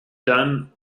done